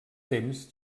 temps